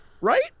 Right